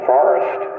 Forest